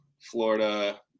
Florida